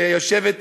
שיושבת,